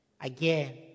again